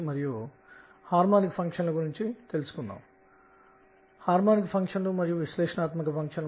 మరియు ఖచ్ఛితంగా Bohr model లో ఉన్నటువంటి మాదిరిగానే శక్తులు బయటకు వచ్చినట్లు కనుగొన్నారు